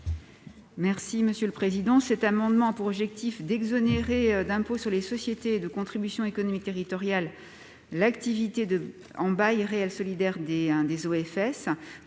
n° I-133 rectifié. Cet amendement a pour objectif d'exonérer d'impôt sur les sociétés et de contribution économique territoriale l'activité en bail réel solidaire des